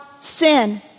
sin